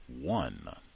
one